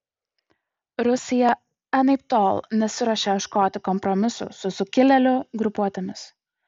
rusija anaiptol nesiruošia ieškoti kompromisų su sukilėlių grupuotėmis